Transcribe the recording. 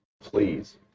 please